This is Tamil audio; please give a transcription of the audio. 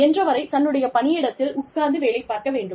இயன்றவரை தன்னுடைய பணியிடத்தில் உட்கார்ந்து வேலை பார்க்க வேண்டும்